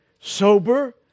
sober